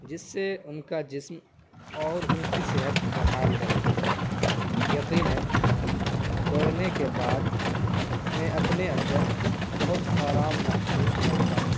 جس سے اس کا جسم اور ان کی صحت بحال رہے یقیناََ دوڑ نے کے بعد میں اپنے اندر بہت آرام محسوس کرتا ہوں